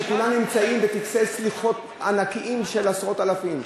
שכולם נמצאים בטקסי סליחות ענקיים של עשרות אלפים -- תודה.